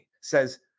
says